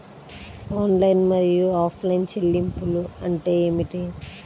Online మరియు offline చెల్లింపులు అంటే ఏమిటి?